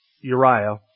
Uriah